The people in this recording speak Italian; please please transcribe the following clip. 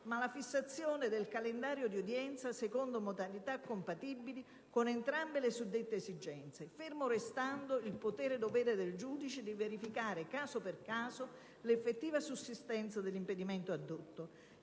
ma la fissazione del calendario di udienza secondo modalità compatibili con entrambe le suddette esigenze, fermo restando il potere-dovere del giudice di verificare caso per caso l'effettiva sussistenza dell'impedimento addotto.